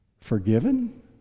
forgiven